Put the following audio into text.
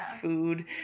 food